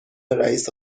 رییس